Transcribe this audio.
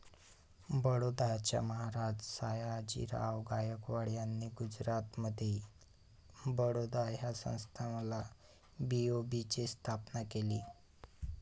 बडोद्याचे महाराज सयाजीराव गायकवाड यांनी गुजरातमधील बडोदा या संस्थानात बी.ओ.बी ची स्थापना केली